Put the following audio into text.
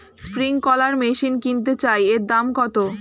Sprinkler machine কিনতে চাই এর দাম কত?